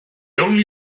only